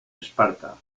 esparta